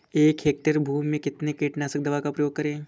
एक हेक्टेयर भूमि में कितनी कीटनाशक दवा का प्रयोग करें?